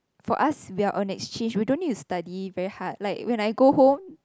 for us we are on exchange we don't need to study very hard like when I go home